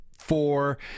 four